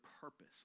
purpose